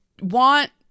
want